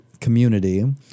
community